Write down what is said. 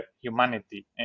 humanity